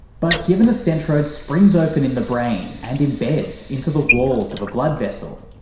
but given a stentrode springs open in the brain and embeds into the walls of a blood vessel,